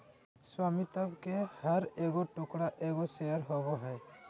स्वामित्व के हर एगो टुकड़ा एगो शेयर होबो हइ